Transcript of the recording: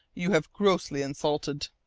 you have grossly insulted.